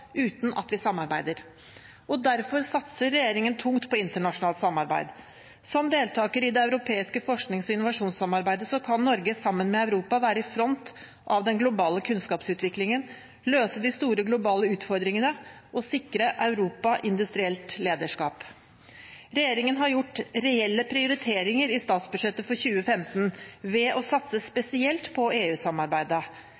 uten at vi samarbeider. Derfor satser regjeringen tungt på internasjonalt samarbeid. Som deltaker i det europeiske forsknings- og innovasjonssamarbeidet kan Norge sammen med Europa være i front av den globale kunnskapsutviklingen, løse de store globale utfordringene og sikre Europa industrielt lederskap. Regjeringen har gjort reelle prioriteringer i statsbudsjettet for 2015 ved å satse